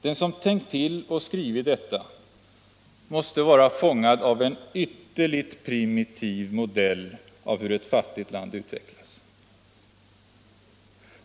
Den som tänkt och skrivit detta måste vara fångad av en ytterligt primitiv modell av hur ett fattigt land utvecklas.